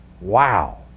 Wow